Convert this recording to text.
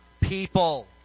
people